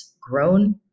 grown